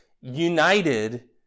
united